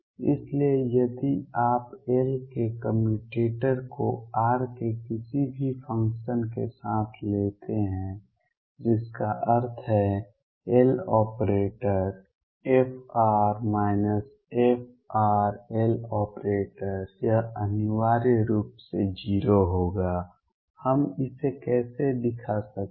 इसलिए यदि आप L के कम्यूटेटर को r के किसी भी फंक्शन के साथ लेते हैं जिसका अर्थ है Loperator fr frLoperator यह अनिवार्य रूप से 0 होगा हम इसे कैसे दिखा सकते हैं